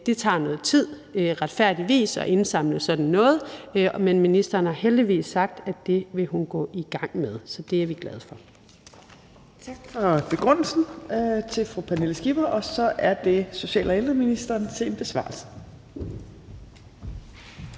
Det tager noget tid, retfærdigvis, at indsamle sådan noget, men ministeren har heldigvis sagt, at det vil hun gå i gang med, så det er vi glade for.